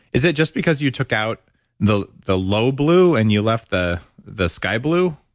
is it just because you took out the the low blue and you left the the sky blue?